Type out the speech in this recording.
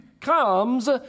comes